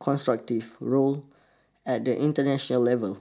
constructive role at the international level